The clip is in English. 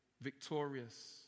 victorious